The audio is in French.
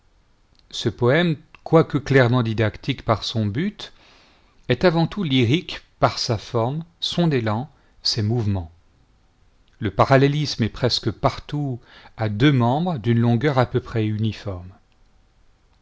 ce poème quoique clairement didactique par son but est avant tout lyrique par sa forme son élan ses mouvements le parallélisme est presque partout à deux membres d'une longueur à peu près uniforme